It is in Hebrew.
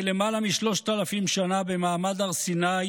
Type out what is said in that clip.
למעלה משלושת אלפים שנה במעמד הר סיני,